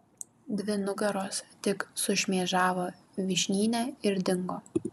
dvi nugaros tik sušmėžavo vyšnyne ir dingo